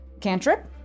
Cantrip